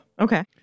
Okay